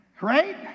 right